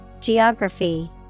Geography